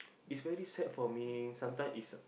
is very sad for me sometimes is